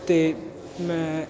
ਅਤੇ ਮੈਂ